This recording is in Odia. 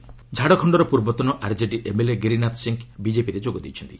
ବିଜେପି ଆର୍ଜେଡି ଝାଡ଼ଖଣ୍ଡର ପୂର୍ବତନ ଆର୍ଜେଡି ଏମ୍ଏଲ୍ଏ ଗିରିନାଥ ସିଂହ ବିଜେପିରେ ଯୋଗଦେଇଛନ୍ତି